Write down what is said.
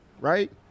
Right